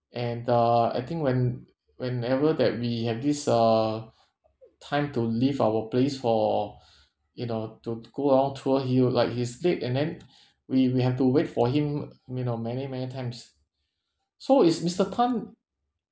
and uh I think when whenever that we have this uh time to leave our place for you know to go on tour he'll like he's late and then we we have to wait for him you know many many times so is mister tan